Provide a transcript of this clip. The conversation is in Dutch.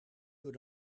door